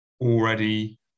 already